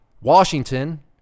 Washington